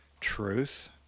truth